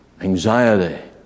anxiety